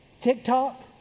TikTok